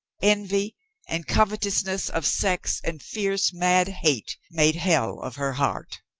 envy and covetousness of sex and fierce mad hate, made hell of her heart.